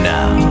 Now